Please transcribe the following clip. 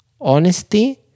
honesty